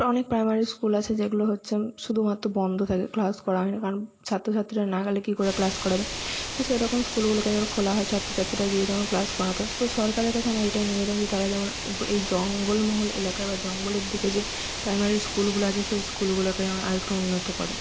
অনেক primary school আছে যেগুলো হচ্ছে শুদুমাত্র বন্ধ থাকে ক্লাস করা হয় না কারণ ছাত্র ছাত্রীরা না গেলে কী করে ক্লাস করাবে তো সেরকম স্কুলগুলোকে যেন খোলা হয় ছাত্র ছাত্রীরা গিয়ে যেমন ক্লাস করাতো তো সরকারের কাছে আমার এটাই নিবেদন যে তারা যেমন এই জঙ্গলমহল এলাকা বা এই জঙ্গলের দিকে যে প্রাইমারি স্কুলগুলো আছে সেই স্কুলগুলোকে যেন আর একটু উন্নত করে